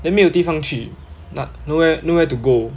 then 没有地方去 not~ nowhere nowhere to go